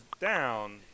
down